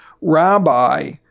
Rabbi